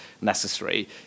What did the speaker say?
necessary